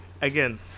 Again